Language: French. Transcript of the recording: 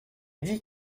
dit